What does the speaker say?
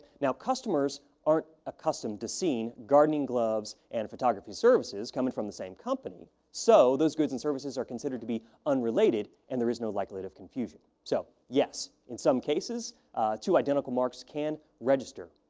now, customers aren't accustomed to seeing gardening gloves and photography services coming from the company. so, those goods and services are considered to be unrelated and there is no likelihood of confusion. so, yes, in some cases two identical marks can register.